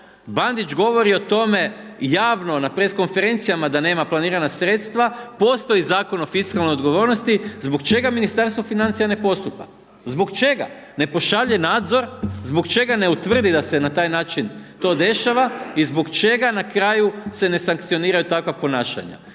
Bandić govori o tome javno na press konferencijama da nema planirana sredstava, postoji Zakon o fiskalnoj odgovornosti, zbog čega Ministarstvo financija ne postupa, zbog čega ne pošalje nadzor, zbog čega ne utvrdi da se na taj način to dešava i zbog čega na kraju se ne sankcioniraju takva ponašanja.